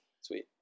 Sweet